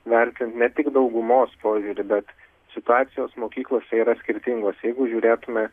vertinti ne tik daugumos požiūrį bet situacijos mokyklose yra skirtingos jeigu žiūrėtume